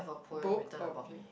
book oh okay